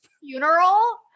funeral